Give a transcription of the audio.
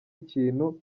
ikintu